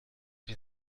wie